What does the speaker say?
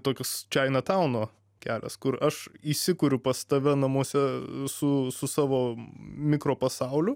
toks china towno kelias kur aš įsikuriu pas tave namuose su su savo mikropasauliu